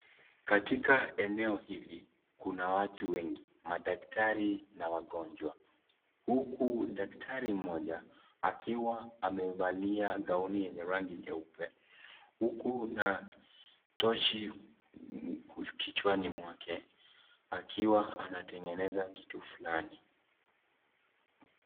Katika eneo hili kuna watu wengi. Madaktari na wagonjwa, huku daktari mmoja akiwa amevalia gauni yenye rangi nyeupe. Huku na tochi kichwani mwake akiwa anatengeneza kitu fulani.